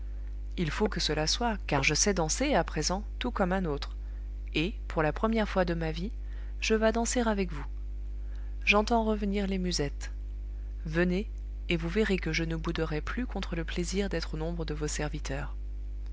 il faut que cela soit car je sais danser à présent tout comme un autre et pour la première fois de ma vie je vas danser avec vous j'entends revenir les musettes venez et vous verrez que je ne bouderai plus contre le plaisir d'être au nombre de vos serviteurs